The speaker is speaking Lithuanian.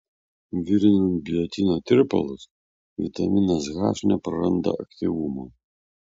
virinant biotino tirpalus vitaminas h nepraranda aktyvumo